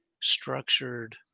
structured